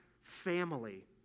family